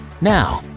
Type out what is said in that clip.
Now